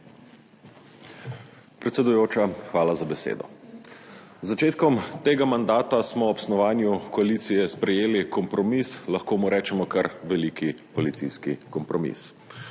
Predsedujoča, hvala za besedo. Z začetkom tega mandata smo ob snovanju koalicije sprejeli kompromis, lahko mu rečemo kar veliki koalicijski kompromis.